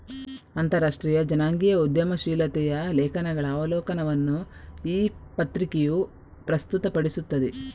ಅಂತರರಾಷ್ಟ್ರೀಯ ಜನಾಂಗೀಯ ಉದ್ಯಮಶೀಲತೆಯ ಲೇಖನಗಳ ಅವಲೋಕನವನ್ನು ಈ ಪತ್ರಿಕೆಯು ಪ್ರಸ್ತುತಪಡಿಸುತ್ತದೆ